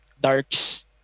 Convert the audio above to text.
Darks